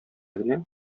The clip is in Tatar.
генә